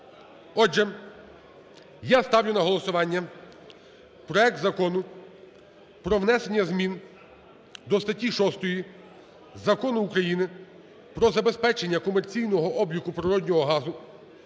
Отже, я ставлю на голосування проект Закону про внесення змін до статті 6 Закону України "Про забезпечення комерційного обліку природного газу"